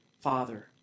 father